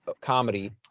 comedy